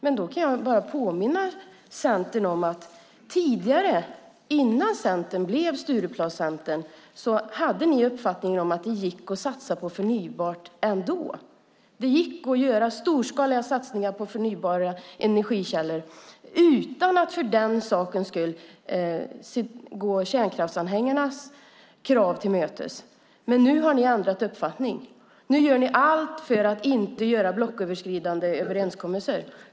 Men då kan jag bara påminna Centern om att Centern tidigare, innan Centern blev Stureplanscentern, hade uppfattningen att det gick att satsa på förnybart ändå. Det gick att göra storskaliga satsningar på förnybara energikällor utan att för den sakens skull gå kärnkraftsanhängarnas krav till mötes. Men nu har ni ändrat uppfattning. Nu gör ni allt för att inte göra blocköverskridande överenskommelser.